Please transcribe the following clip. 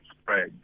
spread